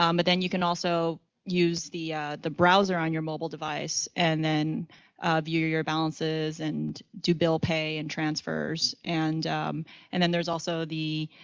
um but then you can also use the the browser on your mobile device and then view your balances and do bill pay and transfers. and and then there's also the